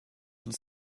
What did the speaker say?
uns